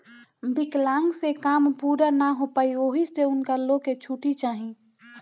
विकलांक से काम पूरा ना हो पाई ओहि से उनका लो के छुट्टी चाही